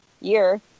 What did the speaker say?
year